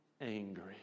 angry